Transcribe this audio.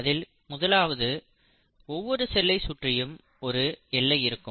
அதில் முதலாவது ஒவ்வொரு செல்லை சுற்றியும் ஒரு எல்லை இருக்கும்